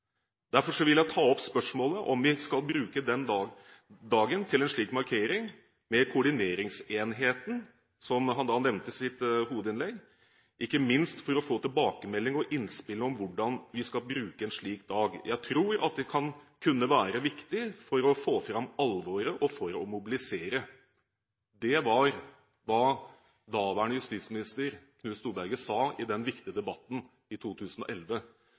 vil jeg ta opp spørsmålet om vi skal bruke den dagen til en slik markering, med koordineringsenheten som jeg nevnte i mitt hovedinnlegg – ikke minst for å få tilbakemelding og innspill om hvordan vi skal bruke en slik dag. Jeg tror at det kunne være viktig for å få fram alvoret og for å mobilisere.» Det var hva daværende justisminister Knut Storberget sa i den viktige debatten i 2011.